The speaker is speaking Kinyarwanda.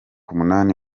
umunani